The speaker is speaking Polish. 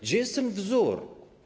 Gdzie jest ten wzór?